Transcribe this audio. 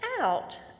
out